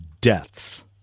deaths